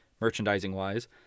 merchandising-wise